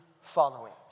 following